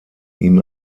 ihm